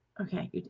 Okay